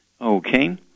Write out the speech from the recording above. Okay